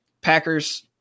Packers